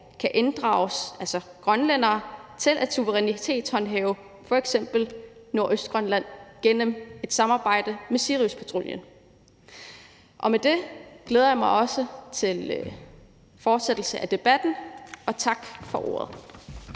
kan inddrages til at suverænitetshåndhæve f.eks. Nordøstgrønland gennem et samarbejde med Siriuspatruljen. Med det glæder jeg mig også til en fortsættelse af debatten, og tak for ordet.